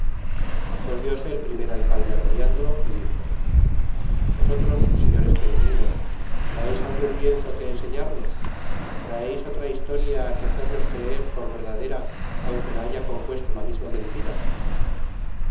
del negocio volvióse el primer alcalde á periandro y dijo vosotros señores peregrinos traeis algun lienzo que enseñarnos traeis otra historia que hacernos creer por verdadera aunque la haya compuesto la misma mentira